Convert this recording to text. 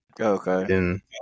Okay